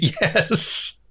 yes